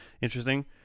interesting